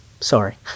Sorry